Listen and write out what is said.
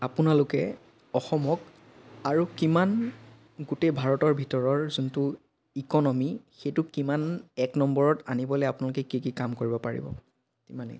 আপোনালোকে অসমক আৰু কিমান গোটেই ভাৰতৰ ভিতৰৰ যোনটো ইক'নমি সেইটো কিমান এক নম্বৰত আনিবলৈ আপোনালোকে কি কি কাম কৰিব পাৰিব